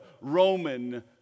Roman